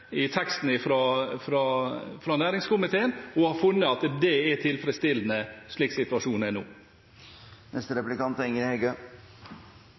i teksten fra næringskomiteen, og har funnet at det er tilfredsstillende, slik situasjonen er nå. Representanten Farstad og eg har stått saman i mange fiskeridebattar og framheva at jordbruket er